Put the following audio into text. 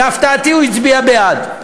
ולהפתעתי הוא הצביע בעד.